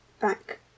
back